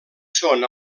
són